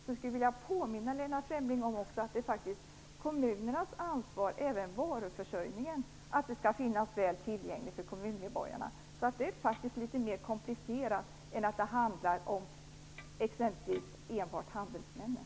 Jag vill också påminna Lennart Fremling om att även en för kommunmedborgarna väl tillgänglig varuförsörjning ligger inom kommunernas ansvar. Det är alltså litet mer komplicerat än enbart det som gäller exempelvis handelsmännen.